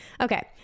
Okay